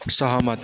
सहमत